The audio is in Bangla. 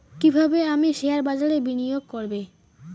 কিভাবে আমি শেয়ারবাজারে বিনিয়োগ করবে?